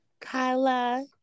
Kyla